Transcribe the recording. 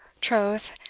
troth,